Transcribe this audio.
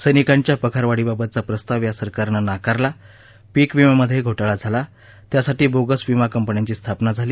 सैनिकांच्या पगारवाढीबाबतचा प्रस्ताव या सरकारनं नाकारला पिक विम्यामधे घोटाळा झाला त्यासाठी बोगस विमा कंपन्यांची स्थापना झाली